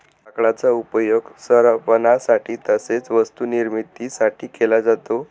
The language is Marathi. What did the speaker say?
लाकडाचा उपयोग सरपणासाठी तसेच वस्तू निर्मिती साठी केला जातो